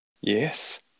Yes